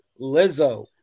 Lizzo